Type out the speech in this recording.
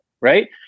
right